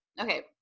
Okay